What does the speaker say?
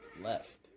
left